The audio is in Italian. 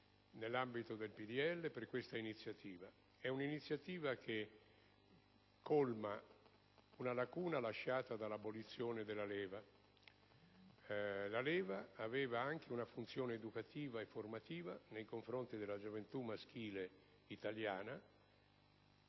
della Libertà per questa iniziativa, che colma una lacuna lasciata dall'abolizione della leva. Quest'ultima aveva anche una funzione educativa e formativa nei confronti della gioventù maschile italiana,